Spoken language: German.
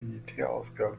militärausgaben